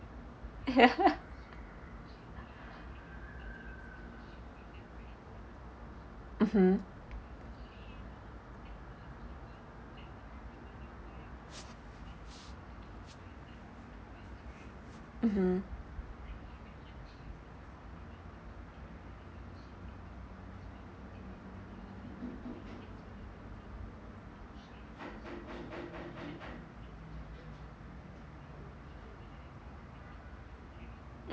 mmhmm mmhmm